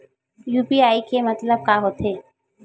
UPI के मतलब का होथे?